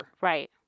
Right